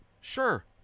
Sure